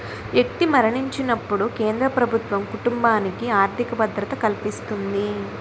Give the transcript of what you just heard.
వ్యక్తి మరణించినప్పుడు కేంద్ర ప్రభుత్వం కుటుంబానికి ఆర్థిక భద్రత కల్పిస్తుంది